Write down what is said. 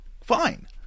Fine